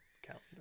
calendar